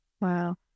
Wow